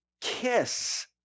kiss